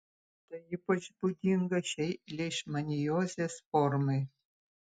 tai ypač būdinga šiai leišmaniozės formai